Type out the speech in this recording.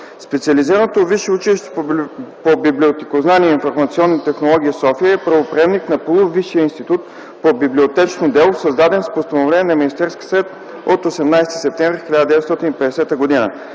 Специализираното висше училище по библиотекознание и информационни технологии – София, е правоприемник на Полувисшия институт по библиотечно дело, създаден с Постановление на Министерския съвет от 18 септември 1950 г.